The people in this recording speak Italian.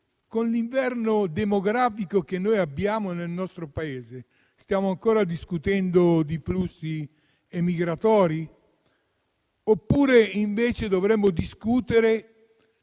con l'inverno demografico che abbiamo nel nostro Paese, stiamo ancora discutendo di flussi migratori? Oppure invece dovremmo discutere